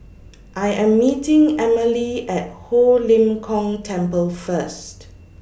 I Am meeting Emelie At Ho Lim Kong Temple First